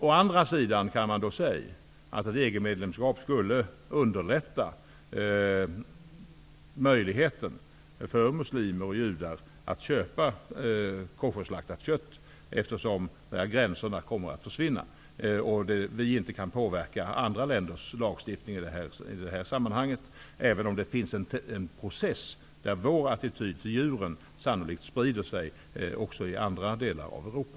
Man kan å andra sidan säga att ett EG-medlemskap skulle underlätta för muslimer och judar att köpa koscherslaktat kött, eftersom gränserna kommer att försvinna. Vi inte kan påverka andra länders lagstiftning i detta sammanhang, även om det pågår en process där vår attityd till djuren sannolikt sprider sig också till andra delar av Europa.